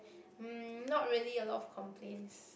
hmm not really a lot of complaints